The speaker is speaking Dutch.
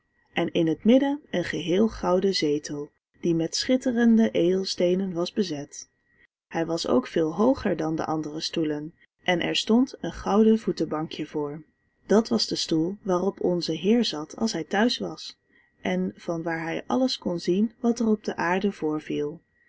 en in het midden een geheel gouden zetel die met schitterende edelsteenen was bezet hij was ook veel hooger dan de andere stoelen en er stond een gouden voetebankje voor dat was de stoel waarop onze heer zat als hij thuis was en van waar hij alles zien kon wat er op aarde